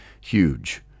Huge